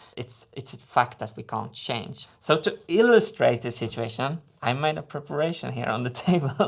it's. it's a fact that we can't change. so to illustrate the situation, i made a preparation here on the table.